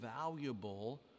valuable